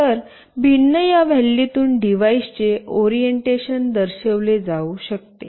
तर भिन्न या व्हॅल्यूतून डिव्हाइसचे ओरिएंटेशन दर्शविले जाऊ शकते